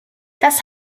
das